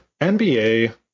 NBA